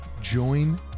Join